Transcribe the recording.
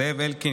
זאב אלקין,